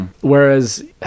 whereas